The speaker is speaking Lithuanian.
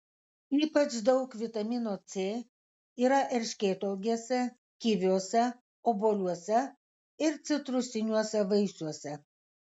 ypač daug vitamino c yra erškėtuogėse kiviuose obuoliuose ir citrusiniuose vaisiuose